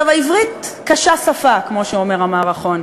"עברית קשה שפה", כמו שאומר המערכון.